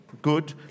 good